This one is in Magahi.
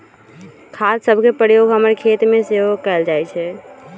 खाद सभके प्रयोग हमर खेतमें सेहो कएल जाइ छइ